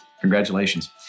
Congratulations